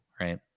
right